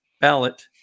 Ballot